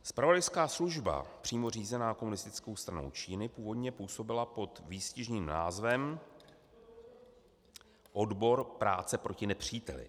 Zpravodajská služba přímo řízená Komunistickou stranou Číny původně působila pod výstižným názvem Odbor práce proti nepříteli.